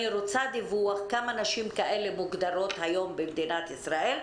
אני רוצה דיווח כמה נשים כאלה מוגדרות היום במדינת ישראל,